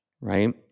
Right